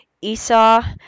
Esau